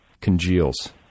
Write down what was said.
congeals